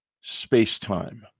space-time